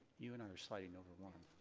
you and i are sliding over one.